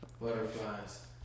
Butterflies